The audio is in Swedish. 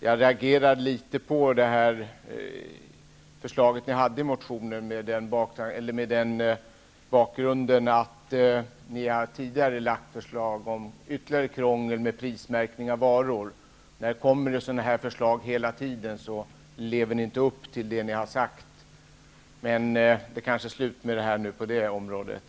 Jag reagerade litet mot ert motionsförslag mot bakgrund av att ni tidigare lagt fram förslag om ytterligare krångel med prismärkning av varor. Om ni hela tiden lägger fram förslag av det slaget, lever ni inte upp till vad ni sagt om byråkrati och krångel. Men det kanske i och med detta nu är slut på det området.